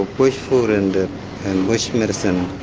bush food and bush medicine.